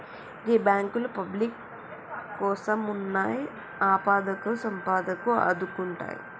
గీ బాంకులు పబ్లిక్ కోసమున్నయ్, ఆపదకు సంపదకు ఆదుకుంటయ్